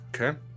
Okay